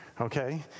Okay